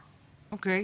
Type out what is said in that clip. מקודם.